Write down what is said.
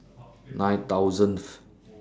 nine thousandth